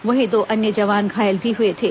वहीं दो अन्य जवान घायल भी हए थे